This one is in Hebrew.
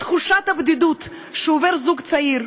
את תחושת הבדידות של זוג צעיר,